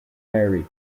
mary